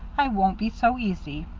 i won't be so easy.